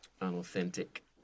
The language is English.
unauthentic